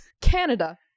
canada